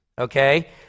Okay